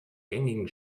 gängigen